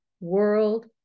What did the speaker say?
world